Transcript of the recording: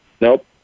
Nope